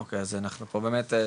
אוקי, אז אנחנו פה באמת.